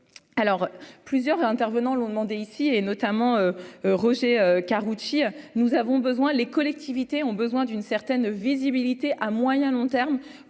alors plusieurs intervenants l'ont demandé, ici, et notamment Roger Karoutchi nous avons besoin, les collectivités ont besoin d'une certaine visibilité à moyen long terme,